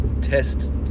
test